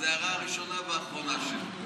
זו ההערה הראשונה והאחרונה שלי.